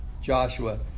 Joshua